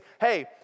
hey